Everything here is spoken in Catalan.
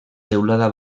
teulada